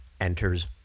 enters